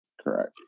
Correct